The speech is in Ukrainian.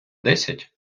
десять